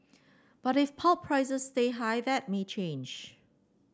but if pulp prices stay high that may change